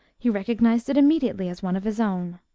he recognized it immediately as one of his own.